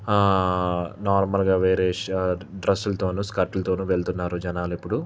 నార్మల్గా వేరే షార్ట్ డ్రెస్సులతోనూ స్కర్ట్లతోనూ వెళుతున్నారు జనాలు ఇప్పుడు